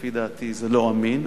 לפי דעתי זה לא אמין,